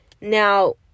Now